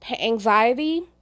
anxiety